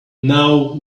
now